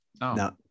No